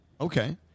Okay